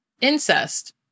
incest